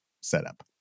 setup